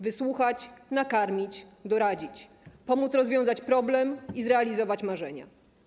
Wysłuchać, nakarmić, doradzić, pomóc rozwiązać problem i zrealizować marzenia.